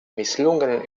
misslungenen